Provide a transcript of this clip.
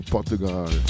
Portugal